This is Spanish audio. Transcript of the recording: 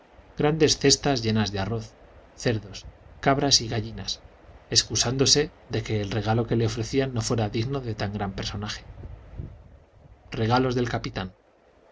grandes cestas llenas de arroz cerdos cabras y gallinas excusándose de que el regalo que le ofrecían no fuera digno de tan gran personaje regalos del capitán